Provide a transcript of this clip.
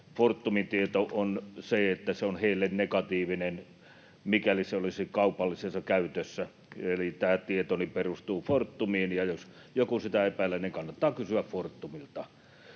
Fortumin tieto on se, että se on heille negatiivinen, mikäli se olisi kaupallisessa käytössä. Eli tämä tietoni perustuu Fortumiin, ja jos joku sitä epäilee, niin kannattaa kysyä Fortumilta.